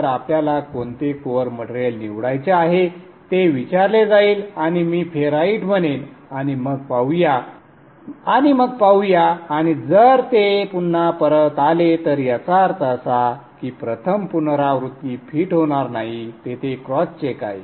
तर आपल्याला कोणते कोअर मटेरियल निवडायचे आहे ते विचारले जाईल आणि मी फेराइट म्हणेन आणि मग पाहूया वेळ पहा 2014 आणि जर ते पुन्हा परत आले तर याचा अर्थ असा की प्रथम पुनरावृत्ती फिट होणार नाही तेथे क्रॉस चेक आहे